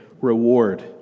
reward